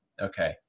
Okay